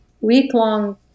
week-long